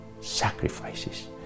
sacrifices